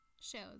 shows